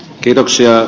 osui